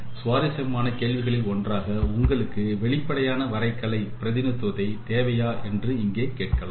சுவாரசியமான கேள்விகளில் ஒன்றாக உங்களுக்கு வெளிப்படையான வரைகலை பிரதிநித்துவத்தை தேவையா என்று இங்கே கேட்கலாம்